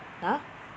ha